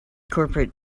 corporate